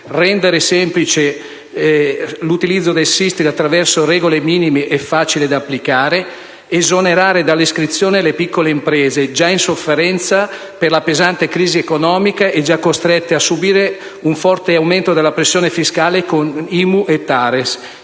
rendere semplice l'utilizzo del SISTRI attraverso regole minime e facili da applicare, esonerare dall'iscrizione le piccole imprese già in sofferenza per la pesante crisi economica e già costrette a subire un forte aumento della pressione fiscale con IMU e TARES.